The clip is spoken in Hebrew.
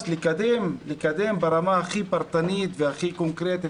לקדם ברמה הכי פרטנית והכי קונקרטית,